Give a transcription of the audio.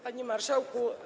Panie Marszałku!